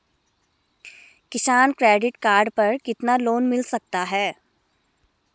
किसान credit card पर कितना लोंन मिल सकता है?